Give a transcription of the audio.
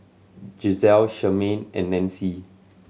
Gisele Charmaine and Nancy